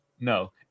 No